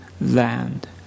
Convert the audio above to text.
land